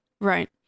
Right